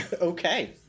Okay